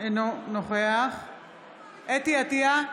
אינו נוכח חוה אתי עטייה,